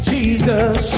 Jesus